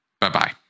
Bye-bye